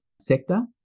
sector